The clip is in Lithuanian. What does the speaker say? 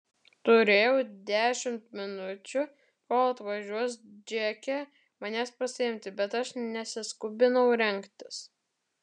turėjau dešimt minučių kol atvažiuos džeke manęs pasiimti bet aš nesiskubinau rengtis